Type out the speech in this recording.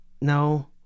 No